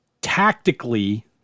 tactically